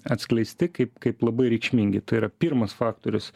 atskleisti kaip kaip labai reikšmingi tai yra pirmas faktorius